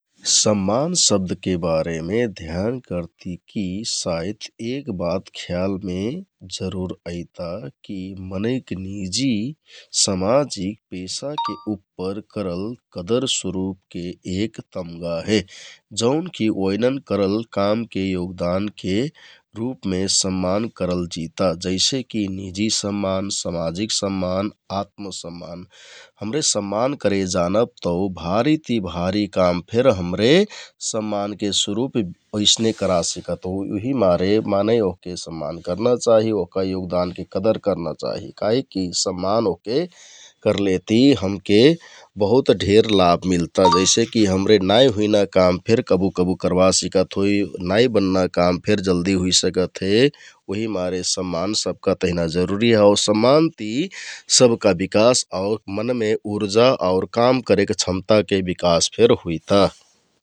सम्मान शब्दके बारेमें ध्यान करती की साइत एकबात ख्यालमे जरुर ऐता की मनैंक निजि समाजिक पेशाके उप्पर करल एक कदर स्वरुप एक तमगा हे । जौन की ओइनन् करल कामके योगदानके रुपमें सम्मान करल जिता जैसे की निजी सम्मान, सामाजिक सम्मान, आत्म सम्मान । हमरे सम्मान करे जानब ते हमरे भारि ति भारि काम फेर हमरे सम्मान स्वरुप उइसने करा सिकत होइ उहिमारे मनै वहके सम्मान करना चाहि, वहका योगदान के कदर करना चाहि काहिकी सम्मान करलेति हमके बहुत ढेर लाभ मिलता । जैसे की हमरे नाइ हुइना काम फेर कबु कबु करबा सिकत होइ ,नाइ बन्ना काम फेर जल्दि होइ सकत हे उहि मारे सम्मान सबका तहना जरुरि हे । सम्मान ति सबका विकास मनमे उर्जा आउ काम करेक क्षमता के विकास फेर हुइता ।